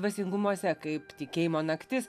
dvasingumuose kaip tikėjimo naktis